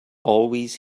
always